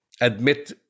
admit